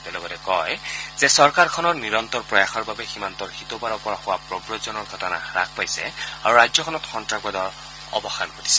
তেওঁ লগতে কয় যে চৰকাৰখনৰ নিৰন্তৰ প্ৰয়াসৰ বাবে সীমান্তৰ সিটোপাৰৰ পৰা হোৱা প্ৰৱজনৰ ঘটনা হাস পাইছে আৰু ৰাজ্যখনত সন্ত্ৰাসবাদৰ অৱসান ঘটিছে